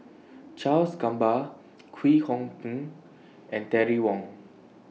Charles Gamba Kwek Hong Png and Terry Wong